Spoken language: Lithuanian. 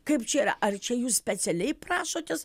kaip čia yra ar čia jūs specialiai prašotės